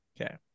okay